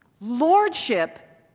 Lordship